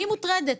אני מוטרדת.